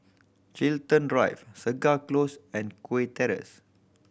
Chiltern Drive Segar Close and Kew Terrace